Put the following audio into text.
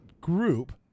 group